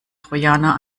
trojaner